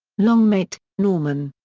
longmate, norman.